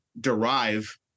derive